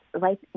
life